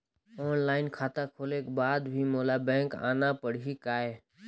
Online खाता खोले के बाद भी मोला बैंक आना पड़ही काय?